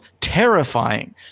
terrifying